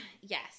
Yes